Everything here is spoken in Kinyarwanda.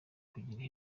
kugira